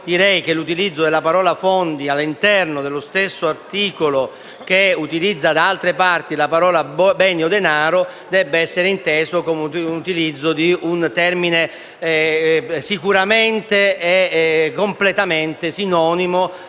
quindi, l'utilizzo della parola «fondi» all'interno dello stesso articolo che utilizza, in altre parti, le parole «beni o denaro» deve essere inteso come l'utilizzo di un termine sicuramente e completamente sinonimo